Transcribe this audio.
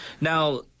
Now